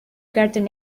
guardian